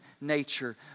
nature